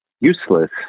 useless